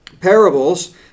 parables